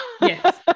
Yes